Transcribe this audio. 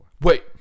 Wait